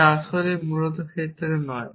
যা আসলেই মূলত ক্ষেত্রে নয়